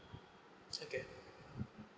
okay